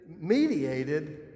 mediated